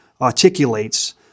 articulates